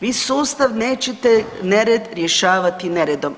Vi sustav nećete nered rješavati neredom.